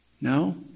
No